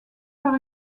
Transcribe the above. par